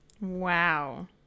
Wow